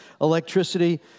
electricity